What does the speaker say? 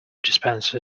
dispenser